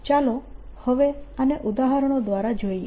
ચાલો હવે આને ઉદાહરણો દ્વારા જોઈએ